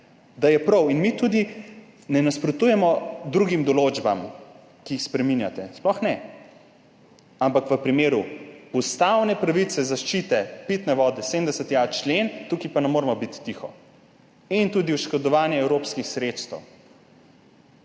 da je prav. In mi tudi ne nasprotujemo drugim določbam, ki jih spreminjate, sploh ne. Ampak v primeru ustavne pravice do zaščite pitne vode, 70.a člen, tukaj pa ne moremo biti tiho. In tudi oškodovanje evropskih sredstev.